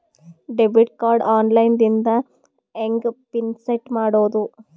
Debit card online ದಿಂದ ಹೆಂಗ್ pin set ಮಾಡೋದು?